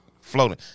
floating